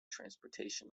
transportation